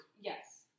yes